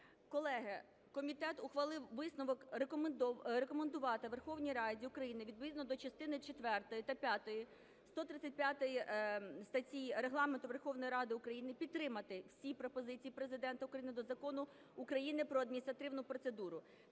Колеги, комітет ухвалив висновок рекомендувати Верховній Раді України відповідно до частини четвертої та п'ятої 135 статті Регламенту Верховної Ради України підтримати всі пропозиції Президента України до Закону України "Про адміністративну процедуру"